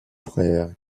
frère